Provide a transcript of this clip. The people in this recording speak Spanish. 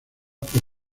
por